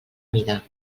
mida